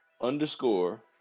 underscore